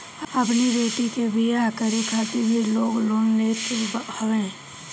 अपनी बेटी के बियाह करे खातिर भी लोग लोन लेत हवे